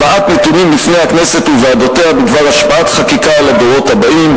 הבאת נתונים בפני הכנסת וועדותיה בדבר השפעת חקיקה על הדורות הבאים".